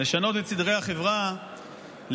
לשנות את סדרי החברה לגביהם,